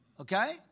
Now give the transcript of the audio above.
okay